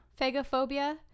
Phagophobia